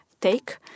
take